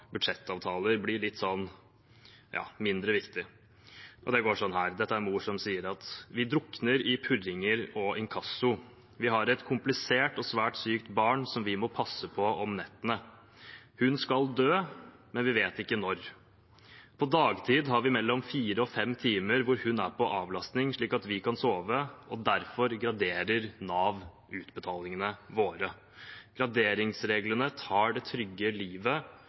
budsjettavtaler blir litt mindre viktig. Dette er det en mor som sier: «Vi drukner i purringer og inkasso. Vi har et komplisert og svært sykt barn som vi må passe på om nettene. Hun skal dø, men vi vet ikke når. På dagtid har vi mellom 4-5 timer hvor hun er på avlastning slik at vi kan sove og derfor graderer NAV utbetalingene våre. Graderingsreglene tar det trygge livet